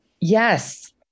yes